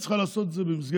היא צריכה לעשות את זה במסגרת